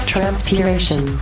Transpiration